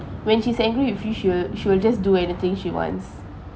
when she's angry with you she will she will just do anything she wants